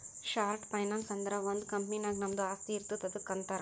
short finance ಅಂದುರ್ ಒಂದ್ company ನಾಗ್ ನಮ್ದು ಆಸ್ತಿ ಇರ್ತುದ್ ಅದುಕ್ಕ ಅಂತಾರ್